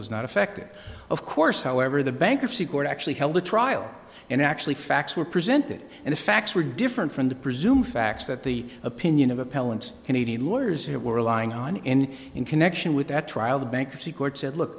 was not affected of course however the bankruptcy court actually held a trial and actually facts were presented and the facts were different from the presumed facts that the opinion of appellant canadian lawyers who were relying on and in connection with that trial the bankruptcy court said look